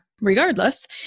Regardless